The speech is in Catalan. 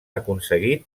aconseguit